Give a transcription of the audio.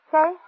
Say